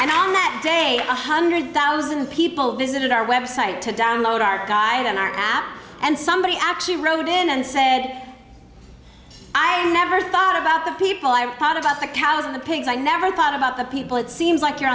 and on that day one hundred thousand people visited our web site to download our guide on our app and somebody actually wrote in unsaid i never thought about the people i thought about the cows and the pigs i never thought about the people it seems like you're